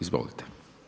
Izvolite.